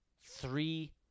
three